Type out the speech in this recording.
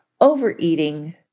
overeating